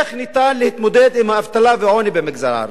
איך ניתן להתמודד עם האבטלה והעוני במגזר הערבי?